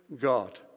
God